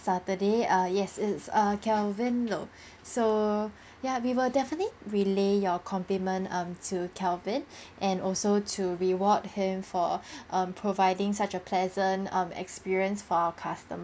saturday uh yes it's err kelvin loh so ya we will definitely relay your compliments um to kelvin and also to reward him for um providing such a pleasant um experience for our custom~